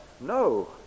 No